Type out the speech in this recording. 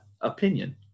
Opinion